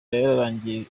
yararangiye